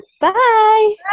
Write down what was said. Bye